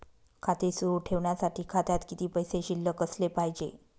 खाते सुरु ठेवण्यासाठी खात्यात किती पैसे शिल्लक असले पाहिजे?